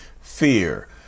fear